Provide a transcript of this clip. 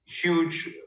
huge